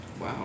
Wow